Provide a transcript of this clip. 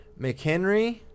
McHenry